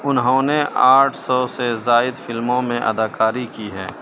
انہوں نے آٹھ سو سے زائد فلموں میں اداکاری کی ہے